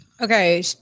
okay